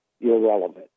irrelevant